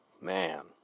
man